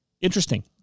Interesting